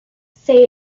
say